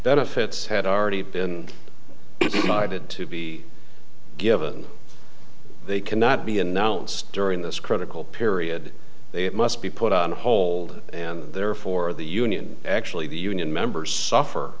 benefits had already been provided to be given they cannot be announced during this critical period they must be put on hold and therefore the union actually the union members suffer